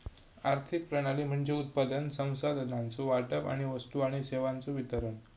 आर्थिक प्रणाली म्हणजे उत्पादन, संसाधनांचो वाटप आणि वस्तू आणि सेवांचो वितरण